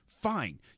Fine